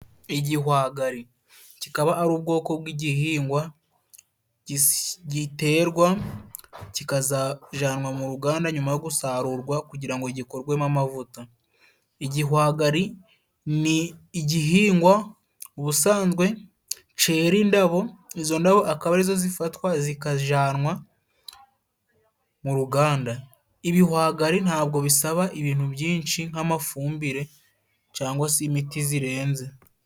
igihwagari kikaba ari ubwoko bw'igihingwa giterwa kikazajyanwa mu ruganda nyuma yo gusarurwa kugira ngo gikorwemo amavuta igihwagari ni igihingwa ubusanzwe cera indabo izo ndabo akaba arizo zifatwa zikajyanwa mu ruganda ibihwagari ntabwo bisaba ibintu byinshi nk'amafumbire cangwa se imiti zirenze